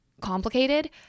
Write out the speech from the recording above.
complicated